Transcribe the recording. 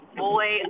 boy